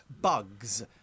bugs